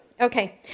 Okay